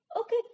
Okay